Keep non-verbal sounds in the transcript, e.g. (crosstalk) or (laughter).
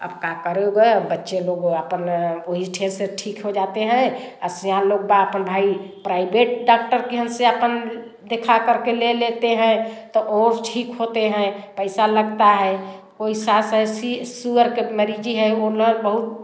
अब का (unintelligible) बच्चे लोग अपन (unintelligible) से ठीक हो जाते हैं और सियान लोग (unintelligible) अपन भाई प्राइबेट डाक्टर के यहाँ से अपन देखा करके ले लेते हैं तो और ठीक होते हैं पैसा लगता है कोई (unintelligible) के मरीजी है वो लोग बहुत